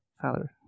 Father